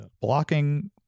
blocking